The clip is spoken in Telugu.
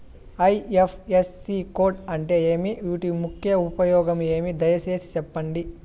ఐ.ఎఫ్.ఎస్.సి కోడ్ అంటే ఏమి? వీటి ముఖ్య ఉపయోగం ఏమి? దయసేసి సెప్పండి?